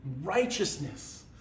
righteousness